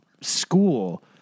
school